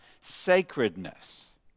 sacredness